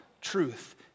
truth